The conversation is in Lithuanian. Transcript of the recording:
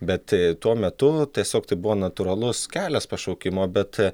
bet tuo metu tiesiog tai buvo natūralus kelias pašaukimo bet